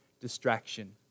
distraction